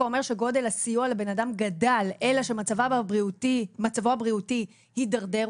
אומר שגודל הסיוע לבן אדם גדל אלא שמצבו הבריאותי הידרדר,